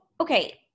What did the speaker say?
Okay